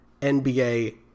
NBA